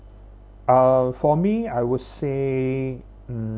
oh for me I would say um